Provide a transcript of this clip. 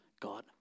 God